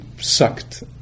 sucked